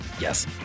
Yes